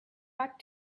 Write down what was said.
back